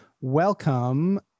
welcome